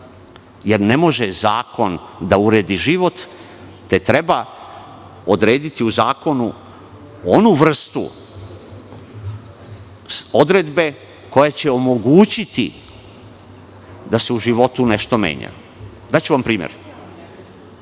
ne može da uredi život, te treba odrediti u zakonu onu vrstu odredbe koja će omogućiti da se u životu nešto menja. Daću vam primer,